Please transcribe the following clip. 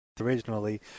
originally